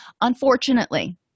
Unfortunately